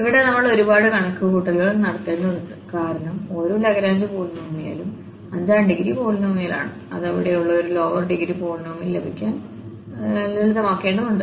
ഇവിടെ നമ്മൾ ഒരുപാട് കണക്കുകൂട്ടലുകൾ നടത്തേണ്ടതുണ്ട് കാരണം ഓരോ ലഗ്രാഞ്ച് പോളിനോമിയലും അഞ്ചാം ഡിഗ്രി പോളിനോമിയലാണ് അത് ഇവിടെയുള്ള ഈ ലോവർ ഡിഗ്രി പോളിനോമിയൽ ലഭിക്കാൻ ലളിതമാക്കേണ്ടതുണ്ട്